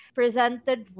presented